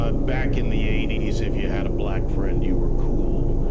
ah back in the eighty s, if you had a black friend you were cool.